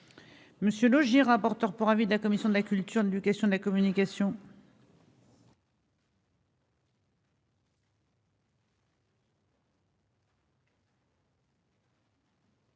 Monsieur le rapporteur pour avis de la commission de la culture, de l'éducation, de la communication.